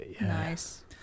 Nice